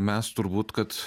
mes turbūt kad